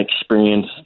experience